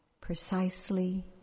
precisely